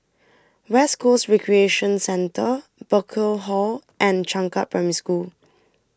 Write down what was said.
West Coast Recreation Centre Burkill Hall and Changkat Primary School